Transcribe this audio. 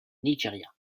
nigeria